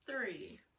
three